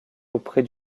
auprès